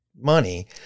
money